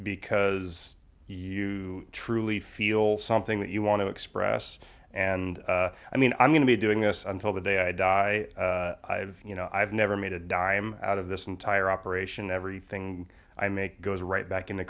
because you truly feel something that you want to express and i mean i'm going to be doing us until the day i die you know i've never made a dime out of this entire operation everything i make goes right back into